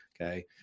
okay